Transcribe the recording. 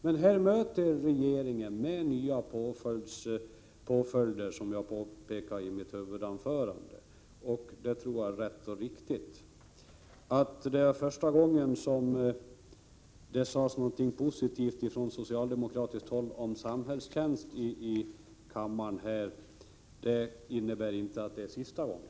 Men här möter regeringen med nya påföljder, vilket jag påpekade i mitt huvudanförande, och det tror jag är riktigt. Att det är första gången som det sägs något positivt om samhällstjänst här i kammaren från socialdemokratiskt håll innebär inte att det är sista gången.